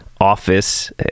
office